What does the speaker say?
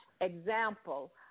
Example